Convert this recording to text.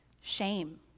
shame